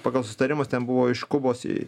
pagal susitarimus ten buvo iš kubos